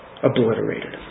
obliterated